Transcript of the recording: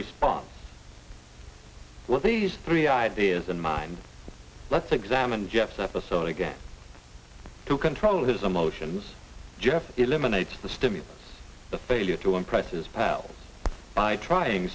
response was these three ideas in mind let's examine jeff's episode again to control his emotions jeff eliminates the stimulants the failure to impress his pals by trying